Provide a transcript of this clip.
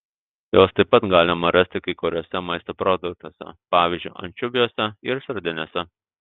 jos taip pat galima rasti kai kuriuose maisto produktuose pavyzdžiui ančiuviuose ir sardinėse